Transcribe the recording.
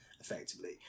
effectively